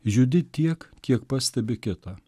judi tiek kiek pastebi kitą